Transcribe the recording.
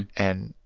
and.